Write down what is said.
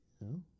No